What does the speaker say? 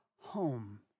home